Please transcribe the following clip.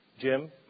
Jim